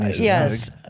Yes